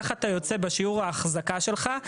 ככה אתה יוצא בשיעור ההחזקה שלך,